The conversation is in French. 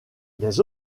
des